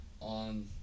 on